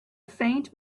faint